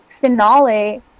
finale